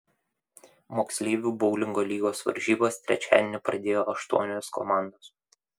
moksleivių boulingo lygos varžybas trečiadienį pradėjo aštuonios komandos